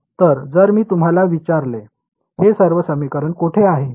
तर जर मी तुम्हाला विचारले हे सर्व समीकरण कोठे आहे